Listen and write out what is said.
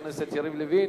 חבר הכנסת יריב לוין,